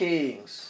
Kings